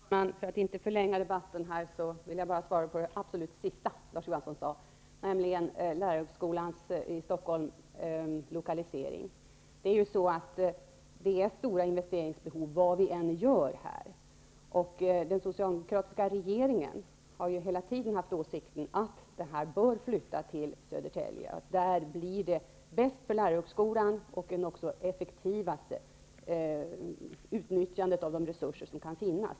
Fru talman! För att inte förlänga debatten vill jag bara bemöta det absolut sista Larz Johansson sade, nämligen lärarhögskolans i Stockholm lokalisering. Det är stora investeringsbehov vad vi än gör. Den socialdemokratiska regeringen har hela tiden haft den åsikten att skolan bör flyttas till Södertälje. Det blir bäst för lärarhögskolan och innebär effektivast utnyttjande av de resurser som kan finnas.